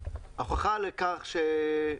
--- ההוכחה לכך שיש צורך,